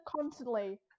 constantly